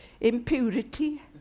Impurity